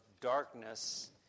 darkness